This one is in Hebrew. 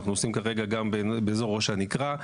ואנחנו עושים כרגע גם בראש הנקרה,